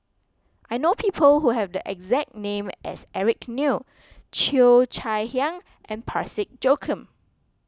I know people who have the exact name as Eric Neo Cheo Chai Hiang and Parsick Joaquim